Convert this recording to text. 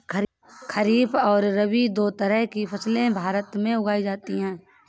खरीप और रबी दो तरह की फैसले भारत में उगाई जाती है